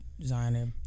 designer